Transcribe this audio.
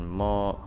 more